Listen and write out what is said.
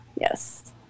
Yes